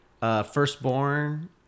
Firstborn